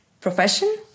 profession